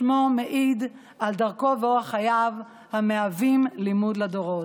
שמו מעיד על דרכו ואורח חייו המהווים לימוד לדורות.